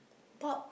pop